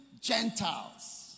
Gentiles